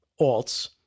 alts